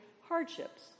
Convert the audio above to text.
hardships